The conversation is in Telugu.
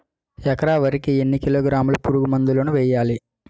ఎకర వరి కి ఎన్ని కిలోగ్రాముల పురుగు మందులను వేయాలి?